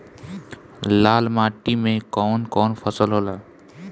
लाल माटी मे कवन कवन फसल होला?